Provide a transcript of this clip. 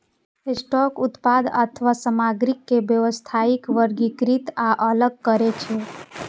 sorter उत्पाद अथवा सामग्री के व्यवस्थित, वर्गीकृत आ अलग करै छै